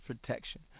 protection